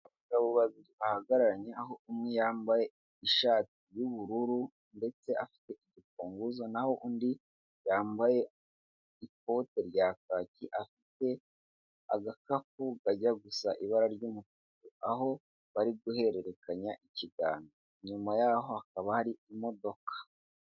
Abagabo babiri bahagararanye, aho umwe yambaye ishati y'ubururu ndetse afite urufunguzo, naho undi yambaye ikote rya kaki, afite agakapu kajya gusa ibara ry'umutu, aho bari guhererekanya ikiganza, inyuma yaho hakaba hari imodoka.